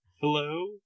Hello